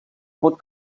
pot